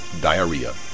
diarrhea